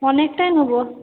অনেকটাই নেবো